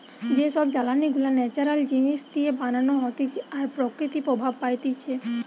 যে সব জ্বালানি গুলা ন্যাচারাল জিনিস দিয়ে বানানো হতিছে আর প্রকৃতি প্রভাব পাইতিছে